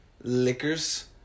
liquors